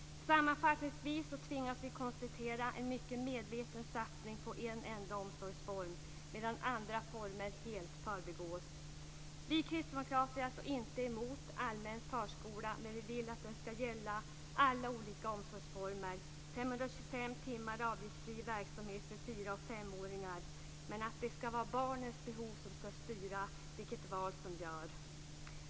Sammanfattningsvis tvingas vi konstatera en mycket medveten satsning på en enda omsorgsform medan andra former helt förbigås. Vi kristdemokrater är inte emot allmän förskola. Vi vill att den ska gälla alla olika omsorgsformer. Det ska vara 525 timmar avgiftsfri verksamhet för fyra och femåringar. Men det ska vara barnets behov som ska styra vilket val som görs.